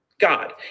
God